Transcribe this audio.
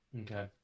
Okay